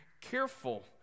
careful